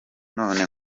none